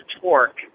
torque